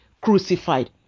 crucified